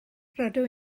rydw